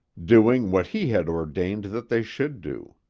doing what he had ordained that they should do.